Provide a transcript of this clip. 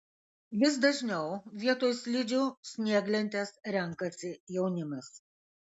vis dažniau vietoj slidžių snieglentes renkasi jaunimas